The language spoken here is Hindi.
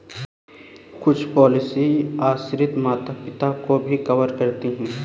कुछ पॉलिसी आश्रित माता पिता को भी कवर करती है